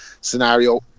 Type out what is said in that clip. scenario